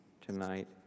tonight